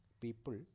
people